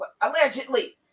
allegedly